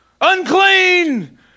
unclean